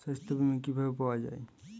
সাস্থ্য বিমা কি ভাবে পাওয়া যায়?